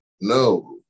no